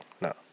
No